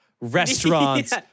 restaurants